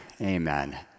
Amen